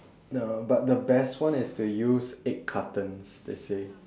no but the best one is to use egg cartons they say